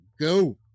Go